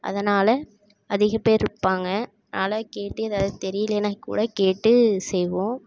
அதனால் அதிகம் பேர் இருப்பாங்க அதனால் கேட்டு ஏதாவது தெரியலேனா கூட கேட்டு செய்வோம்